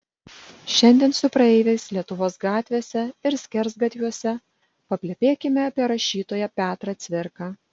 šiandien su praeiviais lietuvos gatvėse ir skersgatviuose paplepėkime apie rašytoją petrą cvirką